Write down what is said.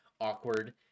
awkward